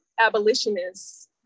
abolitionists